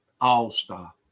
All-Star